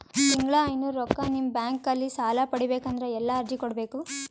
ತಿಂಗಳ ಐನೂರು ರೊಕ್ಕ ನಿಮ್ಮ ಬ್ಯಾಂಕ್ ಅಲ್ಲಿ ಸಾಲ ಪಡಿಬೇಕಂದರ ಎಲ್ಲ ಅರ್ಜಿ ಕೊಡಬೇಕು?